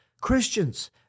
Christians